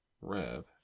Rev